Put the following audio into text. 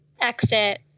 exit